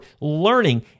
learning